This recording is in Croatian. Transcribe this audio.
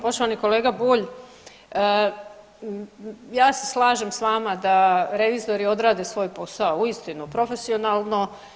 Poštovani kolega Bulj ja se slažem s vama da revizori odrade svoj posao uistinu profesionalno.